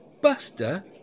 Buster